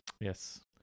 Yes